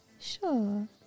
Sure